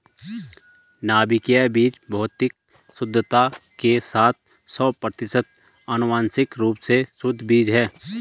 नाभिकीय बीज भौतिक शुद्धता के साथ सौ प्रतिशत आनुवंशिक रूप से शुद्ध बीज है